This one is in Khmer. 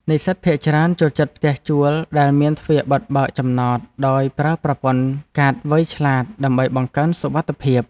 និស្សិតភាគច្រើនចូលចិត្តផ្ទះជួលដែលមានទ្វារបិទបើកចំណតដោយប្រើប្រព័ន្ធកាតវៃឆ្លាតដើម្បីបង្កើនសុវត្ថិភាព។